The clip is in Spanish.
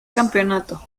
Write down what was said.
campeonato